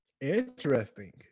Interesting